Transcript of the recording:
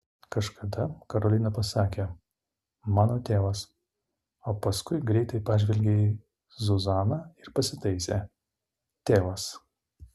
kažkada karolina pasakė mano tėvas o paskui greitai pažvelgė į zuzaną ir pasitaisė tėvas